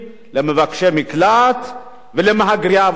למבקשי מקלט ולמהגרי עבודה.